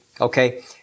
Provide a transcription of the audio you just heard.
okay